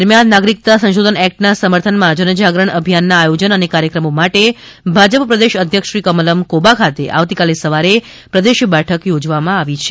દરમ્યાન નાગરીક્તા સંશોધન એક્ટના સમર્થનમાં જનજાગરણ અભિયાનનાં આયોજન અને કાર્યક્રમો માટે ભાજપ પ્રદેશ અધ્યક્ષ શ્રી કમલમ્ કોબા ખાતે આવતીકાલે સવારે પ્રદેશ બેઠક યોજવામાં આવી છે